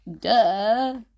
duh